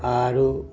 ଆରୁ